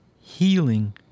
healing